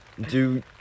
Dude